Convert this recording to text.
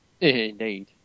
indeed